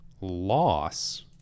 loss